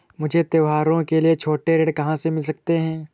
मुझे त्योहारों के लिए छोटे ऋण कहाँ से मिल सकते हैं?